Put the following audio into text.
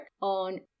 on